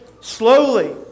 slowly